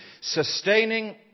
sustaining